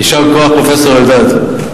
יישר כוח, פרופסור אלדד.